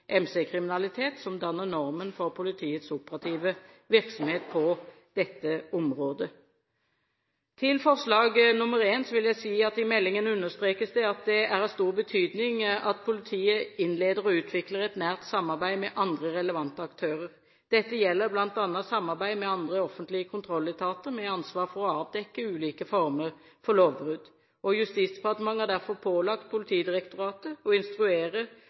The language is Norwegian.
MC-kriminalitet, som danner normen for politiets operative virksomhet på dette området. Til I i forslaget: I meldingen understrekes det at det er av stor betydning at politiet innleder og utvikler et nært samarbeid med andre relevante aktører. Dette gjelder bl.a. samarbeid med andre offentlige kontrolletater med ansvar for å avdekke ulike former for lovbrudd. Justisdepartementet har derfor pålagt Politidirektoratet å instruere